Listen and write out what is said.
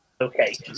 Okay